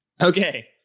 Okay